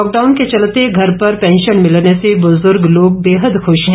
lockdown के चलते घर पर पैंशन मिलने से बुजुर्ग लोग बेहद खुश हैं